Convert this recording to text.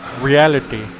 reality